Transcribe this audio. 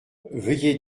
veuillez